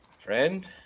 friend